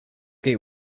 gate